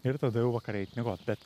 ir tada jau vakare eit miegot bet